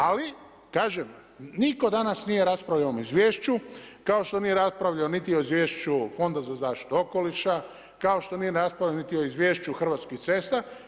Ali, kažem, nitko danas nije raspravljao o ovom izvješću, kao što nije raspravljao niti o Izvješću fonda za zaštitu okoliša, kao što nije raspravljano niti o Izvješću Hrvatskih cesta.